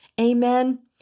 Amen